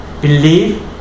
believe